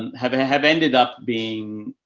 and have have ended up being,